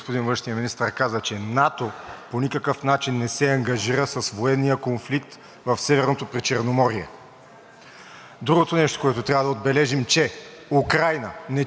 Другото нещо, което трябва да отбележим, е, че Украйна не членува нито в НАТО, нито в Европейския съюз. Към тази държава България няма никакви ангажименти.